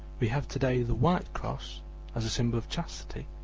we have to-day the white cross as a symbol of chastity,